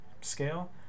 scale